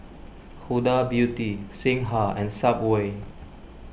Huda Beauty Singha and Subway